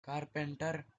carpenter